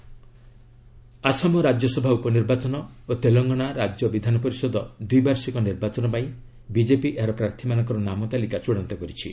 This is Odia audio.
ବିଜେପି ଲିଷ୍ଟ ଆସାମ ରାଜ୍ୟସଭା ଉପ ନିର୍ବାଚନ ଓ ତେଲଙ୍ଗାନା ରାଜ୍ୟ ବିଧାନ ପରିଷଦ ଦ୍ୱି ବାର୍ଷିକ ନିର୍ବାଚନ ପାଇଁ ବିଜେପି ଏହାର ପ୍ରାର୍ଥୀମାନଙ୍କର ନାମ ତାଲିକା ଚଡ଼ାନ୍ତ କରିଛି